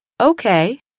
okay